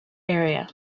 area